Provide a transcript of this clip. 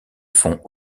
font